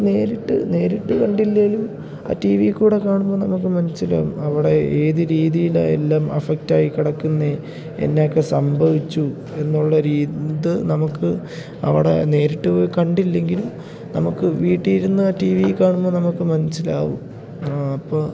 നേരിട്ട് നേരിട്ട് കണ്ടില്ലെങ്കിലും ആ ടി വിയിൽ കൂടി കാണുമ്പോൾ നമുക്ക് മനസ്സിലാകും അവിടെ ഏതു രീതിയിലാണ് എല്ലാം എഫക്റ്റായി കിടക്കുന്നത് എന്നാക്കെ സംഭവിച്ചു എന്നുള്ളൊരിത് നമുക്ക് അവിടെ നേരിട്ട് കണ്ടില്ലെങ്കിലും നമുക്ക് വീട്ടിൽ ഇരുന്ന് ടി വി കാണുമ്പോൾ നമുക്ക് മനസ്സിലാകും ആ അപ്പോൾ